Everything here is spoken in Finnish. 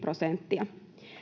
prosenttia